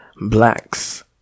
blacks